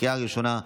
לקריאה הראשונה.